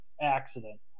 accident